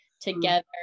together